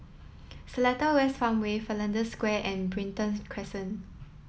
Seletar West Farmway Flanders Square and Brighton Crescent